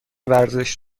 ورزش